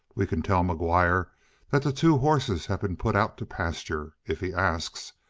we can tell mcguire that the two horses have been put out to pasture, if he asks.